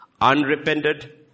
unrepented